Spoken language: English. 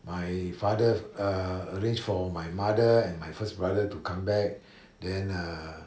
my father uh arranged for my mother and my first brother to come back then err